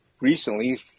recently